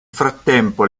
frattempo